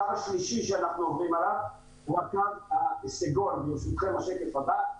הקו השלישי שאנחנו עובדים עליו הוא הקו הסגול בשקף הבא.